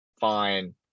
fine